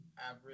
average